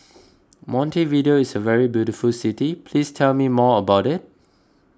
Montevideo is a very beautiful city please tell me more about it